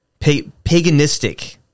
paganistic